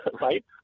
right